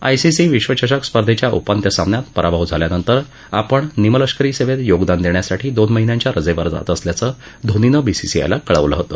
ICC विश्वचषक स्पर्धेच्या उपांत्य सामन्यात पराभव झाल्यानंतर आपण निमलष्करी सेवेत योगदान देण्यासाठी दोन महिन्यांच्या रजेवर जात असल्याचं धोनीनं बीसीसीआयला कळवलं होते